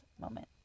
moment